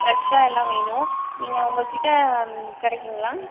ஃபிரெஷ்ஷாக எல்லாம் வேணும் நீங்கள் உங்கள் கிட்டே கிடைக்குங்களா